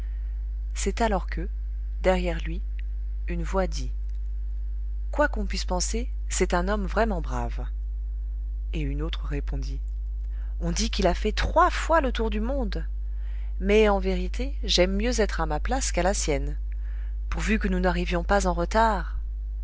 c'est alors que derrière lui une voix dit quoi qu'on puisse penser c'est un homme vraiment brave et une autre répondit on dit qu'il a fait trois fois le tour du monde mais en vérité j'aime mieux être à ma place qu'à la sienne pourvu que nous n'arrivions pas en retard